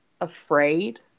afraid